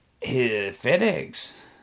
FedEx